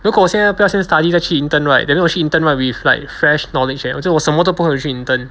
如果我现在不要 study 就去 intern right that means 我去 intern right with like fresh knowledge 所以我什么都不会去 intern